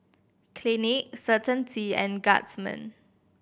Clinique Certainty and Guardsman